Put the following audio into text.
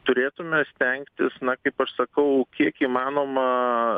turėtume stengtis na kaip aš sakau kiek įmanoma